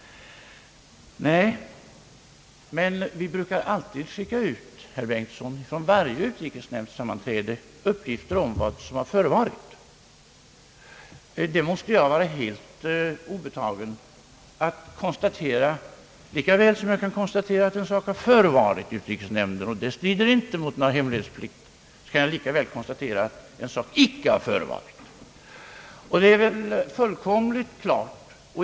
Nej. Men vi brukar efter varje sammanträde i utrikesnämnden, herr Bengtson, skicka ut uppgifter om vad som förevarit. Lika väl som det måste vara mig obetaget att konstatera att en sak förevarit i utrikesnämnden — det strider inte mot någon hemlighetsplikt — lika väl kan jag konstatera att en sak icke har förevarit.